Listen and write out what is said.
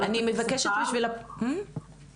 אני מבקשת בשביל ה- -- כן,